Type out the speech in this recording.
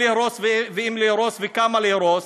מתי להרוס, אם להרוס וכמה להרוס.